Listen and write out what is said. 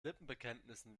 lippenbekenntnissen